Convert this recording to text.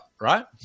right